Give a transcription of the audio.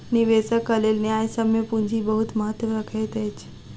निवेशकक लेल न्यायसम्य पूंजी बहुत महत्त्व रखैत अछि